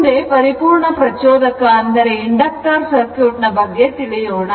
ಮುಂದೆ ಪರಿಪೂರ್ಣ ಪ್ರಚೋದಕ ಸರ್ಕ್ಯೂಟ್ ನ ಬಗ್ಗೆ ತಿಳಿಯೋಣ